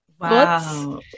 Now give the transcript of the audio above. Wow